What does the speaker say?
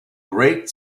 great